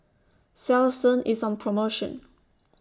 Selsun IS on promotion